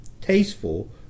tasteful